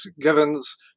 Givens